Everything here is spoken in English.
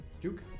Juke